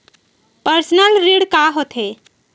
Personal ऋण का होथे?